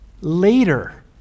later